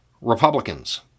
Republicans